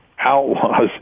outlaws